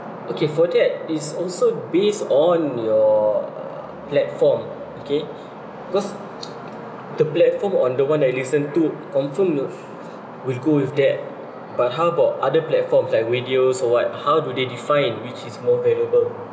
okay for that it's also based on your uh platform okay because the platform on the one I listen to confirm no~ will go with that but how about other platforms like radios or what how do they define which is more valuable